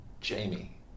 Jamie